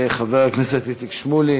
חבר הכנסת איציק שמולי